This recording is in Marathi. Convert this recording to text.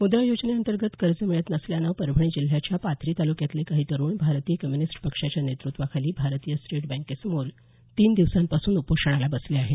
मुद्रा योजनेअंतर्गत कर्ज मिळत नसल्यानं परभणी जिल्ह्याच्या पाथरी तालुक्यातले काही तरूण भारतीय कम्युनिस्ट पक्षाच्या नेतृत्वाखाली भारतीय स्टेट बँकेसमोर तीन दिवसांपासून उपोषणाला बसले आहेत